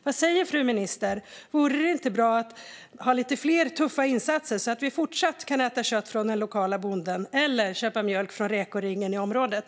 Vad säger fru ministern, vore det inte bra att ha lite fler tuffa insatser, så att vi fortsatt kan äta kött från den lokala bonden eller köpa mjölk från rekoringen i området?